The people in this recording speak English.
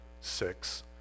six